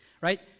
right